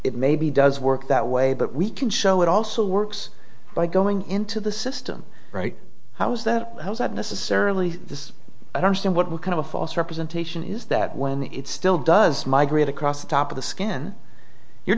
it may be does work that way but we can show it also works by going into the system right how is that how is that necessarily this i don't see what kind of a false representation is that when it still does migrate across the top of the skin you're